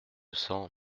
cent